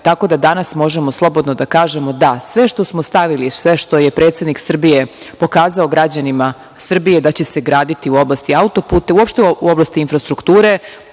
koridore. Danas možemo slobodno da kažemo – da, sve što smo stavili, sve što je predsednik Srbije pokazao građanima Srbije da će se graditi u oblasti autoputa, uopšte u oblasti infrastrukture,